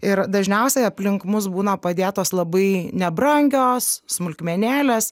ir dažniausiai aplink mus būna padėtos labai nebrangios smulkmenėlės